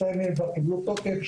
שתיים מהן כבר קיבלו תוקף,